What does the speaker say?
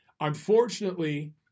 Unfortunately